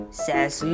says